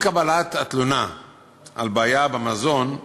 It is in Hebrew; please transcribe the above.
עם קבלת התלונה על בעיה במזון,